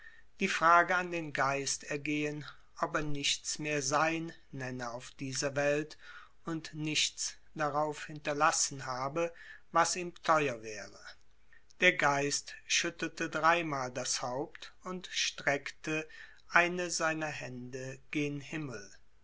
die frage an den geist ergehen ob er nichts mehr sein nenne auf dieser welt und nichts darauf hinterlassen habe was ihm teuer wäre der geist schüttelte dreimal das haupt und streckte eine seiner hände gen himmel